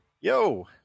Yo